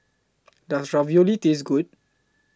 Does Ravioli Taste Good